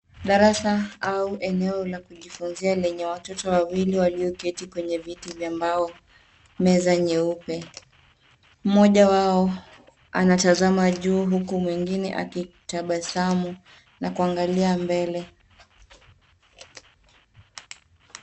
Darasa au eneo la kujifunzia lenye watoto wawili walio keti kwenye viti vya mbao meza nyeupe. Mmoja wao anatazama juu huku mwingine akitabasamu na kuangalia mbele.